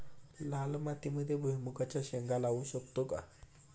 लाल मातीमध्ये भुईमुगाच्या शेंगा लावू शकतो का?